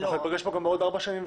ניפגש כאן גם בעוד ארבע שנים.